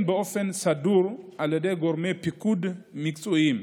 באופן סדור על ידי גורמי פיקוד מקצועיים.